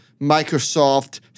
Microsoft